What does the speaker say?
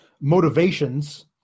motivations